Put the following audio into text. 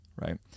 right